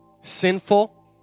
sinful